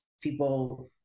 people